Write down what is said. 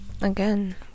again